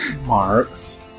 Mark's